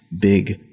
big